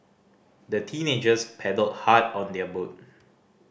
the teenagers paddled hard on their boat